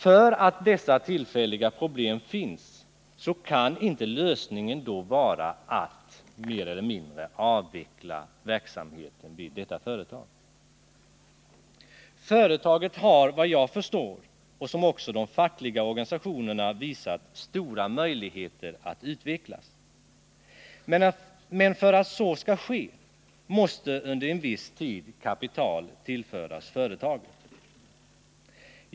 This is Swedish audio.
För att tillfälliga problem finns kan inte lösningen vara att avveckla verksamheten vid detta företag. Företaget har vad jag förstår. och detta har även de fackliga organisationerna visat, stora möjligheter att utvecklas. Men för att så skall ske måste under en viss tid kapital tillföras.